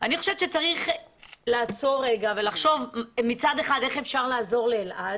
אני חושבת שצריך לעצור רגע ולחשוב מצד אחד איך אפשר לעזור לאלעד,